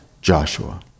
Joshua